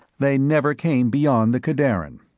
they never came beyond the kadarin.